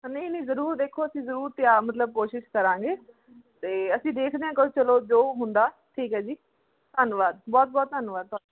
ਨਹੀਂ ਨਹੀਂ ਜ਼ਰੂਰ ਦੇਖੋ ਅਸੀਂ ਜ਼ਰੂਰ ਤਿਆ ਮਤਲਬ ਕੋਸ਼ਿਸ਼ ਕਰਾਂਗੇ ਅਤੇ ਅਸੀਂ ਦੇਖਦੇ ਹਾਂ ਕੁਛ ਚਲੋ ਜੋ ਹੁੰਦਾ ਠੀਕ ਹੈ ਜੀ ਧੰਨਵਾਦ ਬਹੁਤ ਬਹੁਤ ਧੰਨਵਾਦ ਤੁਹ